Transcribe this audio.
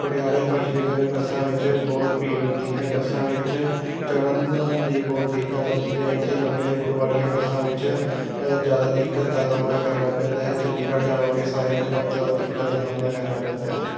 ਪਟਿਆਲੇ ਪੰਚਮੀ ਸਮੇਂ ਬੱਸਾਂ ਵਿੱਚ ਬਹੁਤ ਭੀੜ ਹੁੰਦੀ ਹੈ ਬੱਸਾਂ ਵਿੱਚ ਚੜ੍ਹਨ ਲਈ ਬਹੁਤ ਦਿੱਕਤ ਆਉਂਦੀ ਹੈ ਇੱਥੇ ਲੰਮੇ ਰੂਟ ਵਾਲੀਆਂ ਬੱਸਾਂ ਵਿੱਚ ਜ਼ਿਆਦਾ ਦਿੱਕਤ ਦਾ ਸਾਹਮਣਾ ਕਰਨਾ ਪੈਂਦਾ ਹੈ ਚੰਡੀਗੜ੍ਹ ਜਾਣ ਵਾਲੀਆਂ ਸਵਾਰੀਆਂ ਨੂੰ ਸਭ ਤੋਂ ਵੱਧ ਦਿੱਕਤ ਦਾ ਸਾਹਮਣਾ ਕਰਨਾ ਪੈਂਦਾ ਹੈ